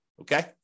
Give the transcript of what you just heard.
okay